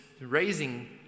raising